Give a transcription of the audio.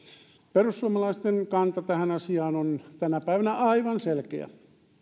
perussuomalaisten kanta tähän asiaan on tänä päivänä aivan selkeä